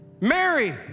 Mary